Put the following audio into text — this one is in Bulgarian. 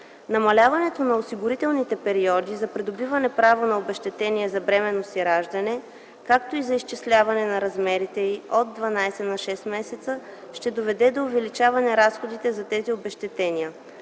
Намаляването на осигурителните периоди за придобиване право на обезщетение за бременност и раждане, както и за изчисляване на размерите му от 12 на 6 месеца ще доведе до увеличаване разходите за тези обезщетения,